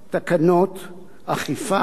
תקנות, אכיפה,